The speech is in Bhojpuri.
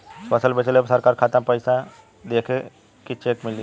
फसल बेंचले पर सरकार खाता में पैसा देही की चेक मिली?